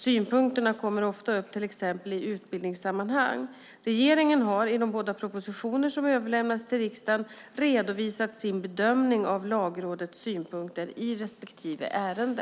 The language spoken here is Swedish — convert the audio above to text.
Synpunkterna kommer ofta upp till exempel i utbildningssammanhang. Regeringen har i de båda propositioner som överlämnats till riksdagen redovisat sin bedömning av Lagrådets synpunkter i respektive ärende.